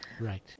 Right